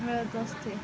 मिळत असते